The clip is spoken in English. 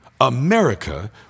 America